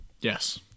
Yes